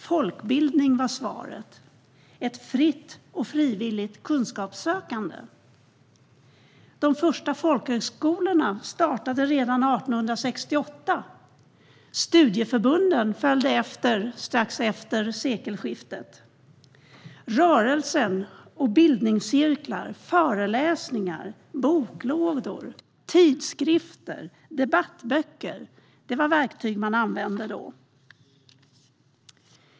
Folkbildning var svaret, ett fritt och frivilligt kunskapssökande. De första folkhögskolorna startade redan 1868. Studieförbunden följde efter strax efter sekelskiftet. Rörelsen, bildningscirklar, föreläsningar, boklådor, tidskrifter och debattböcker var verktyg man använde då.